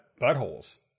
buttholes